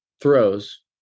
throws